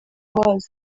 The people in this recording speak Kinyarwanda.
wazo